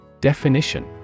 Definition